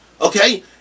okay